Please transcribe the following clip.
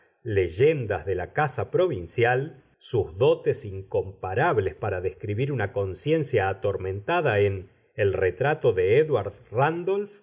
leyendas de la casa provincial sus dotes incomparables para describir una conciencia atormentada en el retrato de édward